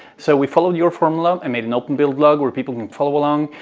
so we followed your formula and made an open build vlog where people can follow along,